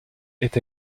est